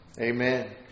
Amen